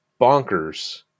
bonkers